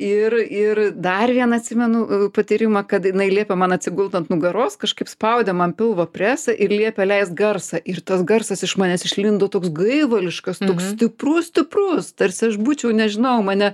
ir ir dar vieną atsimenu patyrimą kad jinai liepė man atsigult ant nugaros kažkaip spaudė man pilvo presą ir liepė leist garsą ir tas garsas iš manęs išlindo toks gaivališkas stiprus stiprus tarsi aš būčiau nežinau mane